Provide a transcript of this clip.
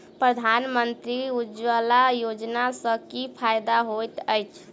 प्रधानमंत्री उज्जवला योजना सँ की फायदा होइत अछि?